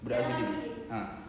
budak N_T_U ah